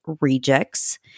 Rejects